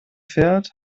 fährt